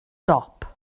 dop